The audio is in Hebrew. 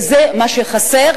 זה מה שחסר,